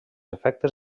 efectes